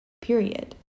Period